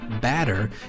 batter